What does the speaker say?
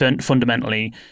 fundamentally